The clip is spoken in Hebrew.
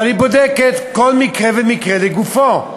אבל היא בודקת כל מקרה ומקרה לגופו.